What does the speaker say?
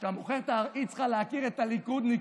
כשאתה מוכר את, היא צריכה להכיר את הליכודניקים.